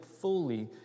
fully